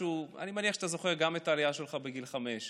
אני מניח שאתה זוכר את העלייה שלך בגיל חמש,